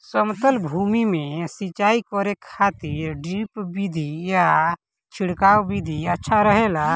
समतल भूमि में सिंचाई करे खातिर ड्रिप विधि या छिड़काव विधि अच्छा रहेला?